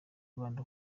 rwanda